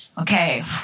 okay